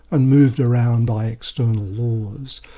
and moved around by external laws,